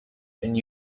and